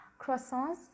croissants